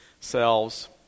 selves